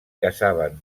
caçaven